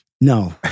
No